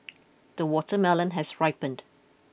the watermelon has ripened